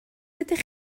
ydych